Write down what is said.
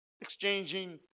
exchanging